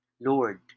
Lord